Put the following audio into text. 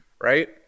right